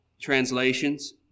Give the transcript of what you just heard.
translations